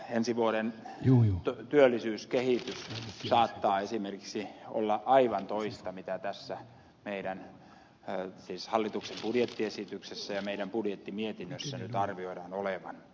ensi vuoden työllisyyskehitys saattaa esimerkiksi olla aivan toista mitä tässä hallituksen budjettiesityksessä ja meidän budjettimietinnössämme nyt arvioidaan olevan